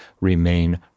remain